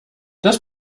das